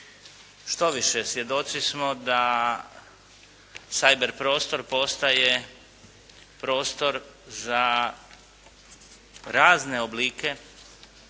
Štoviše svjedoci smo da cyber prostor postaje prostor za razne oblike